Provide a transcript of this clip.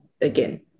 again